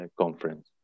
Conference